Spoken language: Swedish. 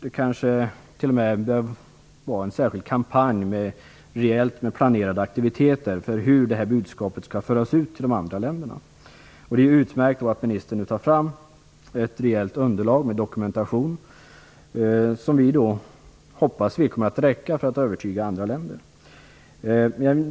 Det bör kanske t.o.m. genomföras en särskild kampanj, med rejäla inslag av planerade aktiviteter, för hur detta budskap skall föras ut till de andra länderna. Det är utmärkt att ministern vill ta fram ett rejält underlag med dokumentation, vilket vi får hoppas skall komma att räcka för att övertyga andra länder.